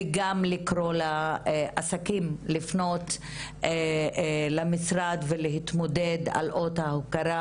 וגם לקרוא לעסקים לפנות למשרד ולהתמודד על אות ההוקרה